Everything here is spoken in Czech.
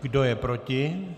Kdo je proti?